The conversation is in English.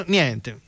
Niente